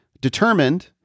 determined